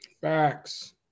Facts